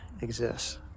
exists